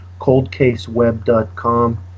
coldcaseweb.com